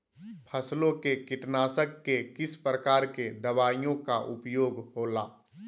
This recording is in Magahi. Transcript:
फसलों के कीटनाशक के किस प्रकार के दवाइयों का उपयोग हो ला?